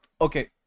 okay